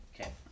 Okay